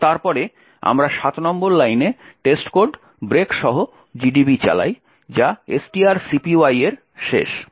এবং তারপরে আমরা 7 নম্বর লাইনে testcode ব্রেক সহ GDB চালাই যা strcpy এর শেষ